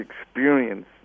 experience